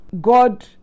God